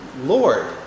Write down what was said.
Lord